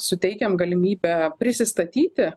suteikiam galimybę prisistatyti